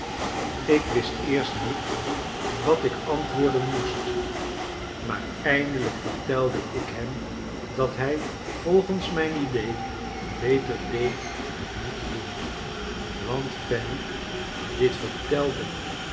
ik wist eerst niet wat ik antwoorden moest maar eindelijk vertelde ik hem dat hij volgens mijn idee beter deed het niet te doen want fanny dit vertelde